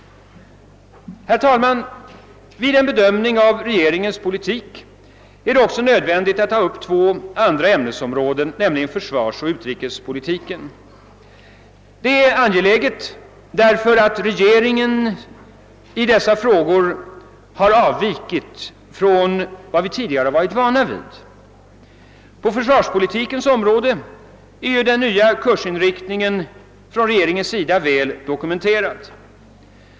Herr talman! Vid en bedömning av regeringens politik är det också nödvändigt att ta upp två andra ämnesområden, försvarsoch utrikespolitik. Detta är desto mera angeläget som regeringen numera i dessa frågor avvikit från vad vi tidigare varit vana vid. På försvarspolitikens område är den nya kursinriktningen från regeringens sida väl dokumenterad.